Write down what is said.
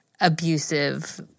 abusive